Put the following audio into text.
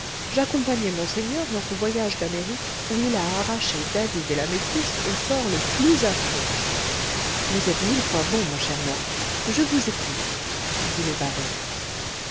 j'accompagnais monseigneur dans ce voyage d'amérique où il a arraché david et la métisse au sort le plus affreux vous êtes mille fois bon mon cher murph je vous écoute dit le baron